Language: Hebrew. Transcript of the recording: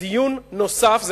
דיון נוסף.